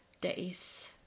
days